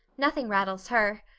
nothing rattles her.